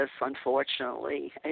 unfortunately